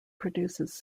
produces